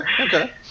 okay